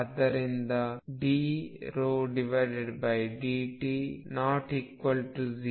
ಆದ್ದರಿಂದdρdt≠0